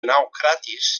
naucratis